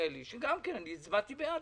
אני גם הצבעתי בעד,